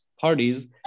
parties